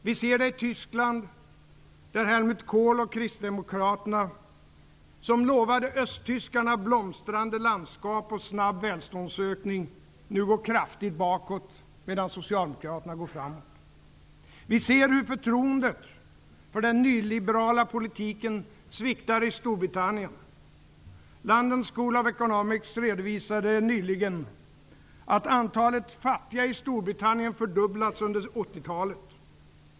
Vi ser det i Tyskland, där Helmut Kohl och kristdemokraterna, som lovade östtyskarna blomstrande landskap och snabb välståndsökning, nu går kraftigt bakåt, medan socialdemokraterna går framåt. Vi ser hur förtroendet för den nyliberala politiken sviktar i Storbritannien. London School of Economics redovisade nyligen att antalet fattiga i Storbritannien fördubblats under 80-talet.